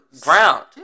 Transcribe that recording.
ground